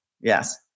Yes